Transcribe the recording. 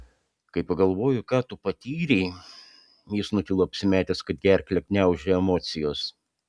kai pagalvoju ką tu patyrei jis nutilo apsimetęs kad gerklę gniaužia emocijos